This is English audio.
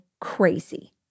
crazy